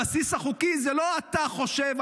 הבסיס החוקי זה לא שאתה חושב,